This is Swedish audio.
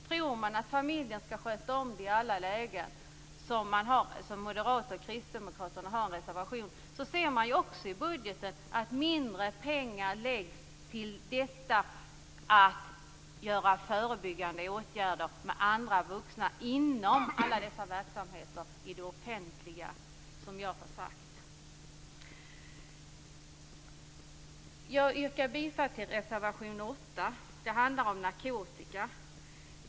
Moderaterna och Kristdemokraterna har en reservation som innebär att familjen skall sköta problemen i alla lägen, och det syns i budgeten att mindre pengar läggs på förebyggande åtgärder med vuxna inom alla dessa verksamheter i det offentliga. Jag yrkar bifall till reservation 8. Den berör frågan om narkotika.